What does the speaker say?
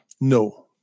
No